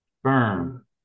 sperm